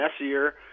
messier